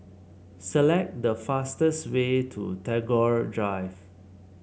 select the fastest way to Tagore Drive